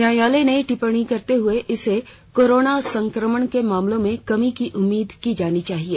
न्यायालय ने टिप्पणी करते हुए कहा कि इससे कोरोना संक्रमण के मामलों में कमी की उम्मीद की जानी चाहिए